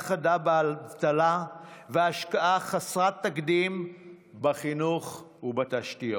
חדה באבטלה והשקעה חסרת תקדים בחינוך ובתשתיות,